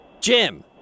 Jim